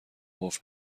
قفل